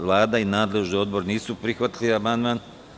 Vlada i nadležni odbor nisu prihvatili amandman.